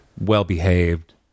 well-behaved